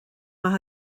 maith